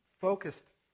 focused